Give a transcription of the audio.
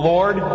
Lord